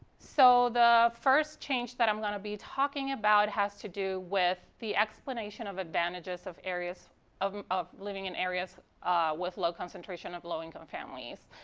so the first change that i'm going to be talking about has to do with the explanation of advantages of areas of of living in areas with low concentration of low income families.